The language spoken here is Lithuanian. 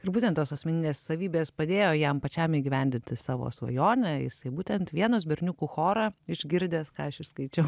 ir būtent tos asmeninės savybės padėjo jam pačiam įgyvendinti savo svajonę jisai būtent vienos berniukų chorą išgirdęs ką aš išskaičiau